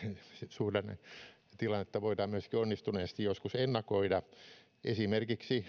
suhdannetilannetta voidaan myöskin onnistuneesti joskus ennakoida esimerkiksi